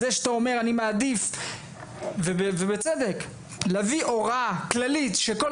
זה שאתה אומר אני מעדיף ובצדק להביא הוראה כללית שכל